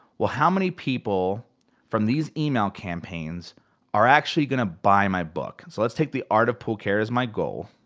well how many people from these email campaigns are actually gonna buy my book? so let's take the art of pool care as my goal.